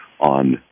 on